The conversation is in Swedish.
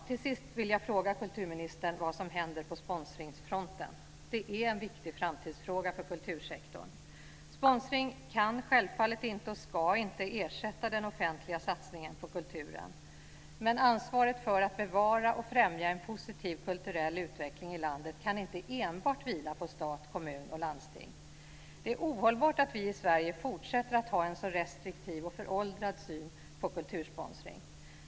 Till sist vill jag fråga kulturministern vad som händer på sponsringsfronten. Det är en viktig framtidsfråga för kultursektorn. Sponsring kan självfallet inte och ska inte ersätta den offentliga satsningen på kulturen, men ansvaret för att bevara och främja en positiv kulturell utveckling i landet kan inte enbart vila på stat, kommun och landsting. Det är ohållbart att vi i Sverige fortsätter att ha en så restriktiv och föråldrad syn på kultursponsring.